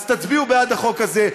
אז תצביעו בעד החוק הזה,